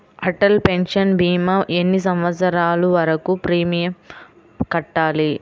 Atal pension భీమా ఎన్ని సంవత్సరాలు వరకు ప్రీమియం కట్టాలి?